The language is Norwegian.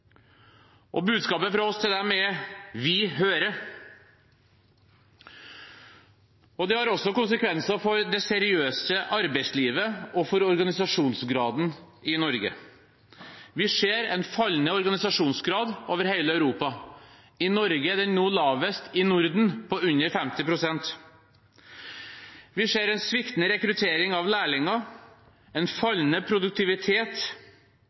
Og budskapet fra oss til dem er: Vi hører. Det har også konsekvenser for det seriøse arbeidslivet og for organisasjonsgraden i Norge. Vi ser en fallende organisasjonsgrad over hele Europa. I Norge er den nå lavest i Norden, på under 50 pst. Vi ser en sviktende rekruttering av lærlinger og en fallende produktivitet,